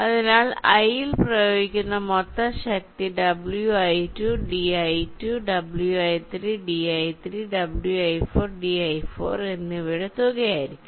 അതിനാൽ i ൽ പ്രയോഗിക്കുന്ന മൊത്തം ശക്തി wi2 di2 wi3 di3 wi4 di4 എന്നിവയുടെ തുക ആയിരിക്കും